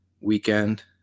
Weekend